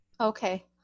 Okay